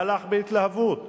והלך בהתלהבות.